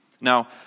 Now